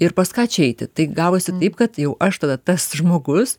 ir pas ką čia eiti tai gavosi taip kad jau aš tada tas žmogus